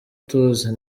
tuzi